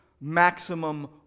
maximum